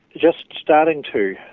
just starting to.